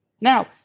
Now